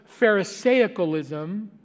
pharisaicalism